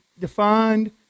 defined